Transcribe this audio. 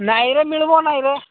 ନାଇଁରେ ମିଳିବ ନାଇଁରେ